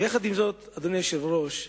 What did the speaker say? עם זאת, אדוני היושב-ראש,